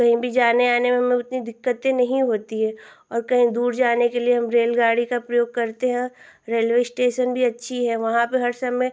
कहीं भी जाने आने में हमें उतनी दिक्कतें नहीं होती है और कहीं दूर जाने के लिये हम रेल गाड़ी का प्रयोग करते हैं रेलवे इस्टेसन भी अच्छी है वहाँ पर हर समय